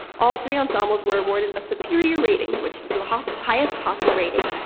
all three ensembles were awarded a superior rating, which is the highest highest possible rating,